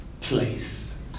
place